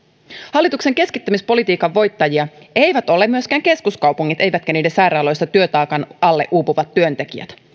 hallituksen keskittämispolitiikan voittajia eivät ole myöskään keskuskaupungit eivätkä niiden sairaaloissa työtaakan alle uupuvat työntekijät